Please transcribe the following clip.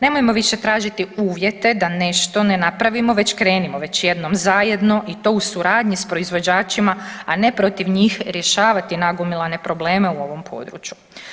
Nemojmo više tražiti uvjete da nešto ne napravimo već krenimo već jednom zajedno i to u suradnji s proizvođačima, a ne protiv njih rješavati nagomilane probleme u ovom području.